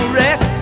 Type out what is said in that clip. rest